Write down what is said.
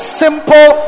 simple